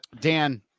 Dan